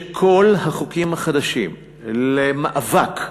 כל החוקים החדשים למאבק,